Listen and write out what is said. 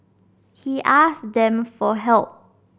he asked them for help